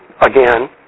again